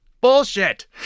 bullshit